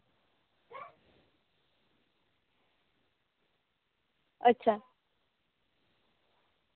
ᱟᱪᱪᱷᱟ